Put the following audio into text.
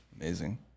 amazing